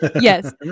yes